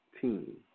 team